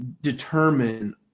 determine